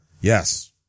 yes